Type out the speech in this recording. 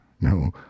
no